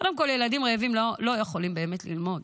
קודם כול, ילדים רעבים לא יכולים באמת ללמוד,